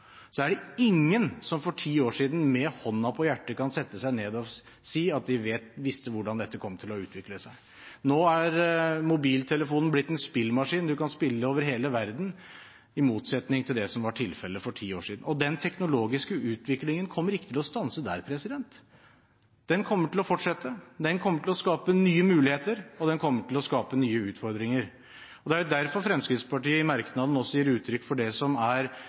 det ingen som for ti år siden med hånden på hjertet kunne sette seg ned og si at de visste hvordan dette kom til å utvikle seg. Nå er mobiltelefonen blitt en spillmaskin. En kan spille over hele verden, i motsetning til det som var tilfellet for ti år siden. Og den teknologiske utviklingen kommer ikke til å stanse der. Den kommer til å fortsette, den kommer til å skape nye muligheter, og den kommer til å skape nye utfordringer. Det er derfor Fremskrittspartiet i en merknad også gir uttrykk for det som er